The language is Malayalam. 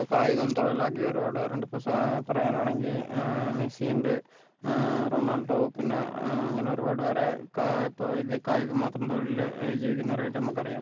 ഇപ്പോൾ കായികം തൊഴിലാക്കിയ ഒരുപാട് പേരുണ്ട് ഇപ്പോൾ സ പറയാനാണെങ്കിൽ മെസ്സിയുണ്ട് റൊണാൾഡോ പിന്നെ അങ്ങനെ ഒരുപാട് പേരേ ഒക്കെ ഇപ്പോൾ ഇത് കായികം മാത്രം തൊഴില് ജീവിക്കുന്നവർ ആയിട്ട് നമുക്കറിയാം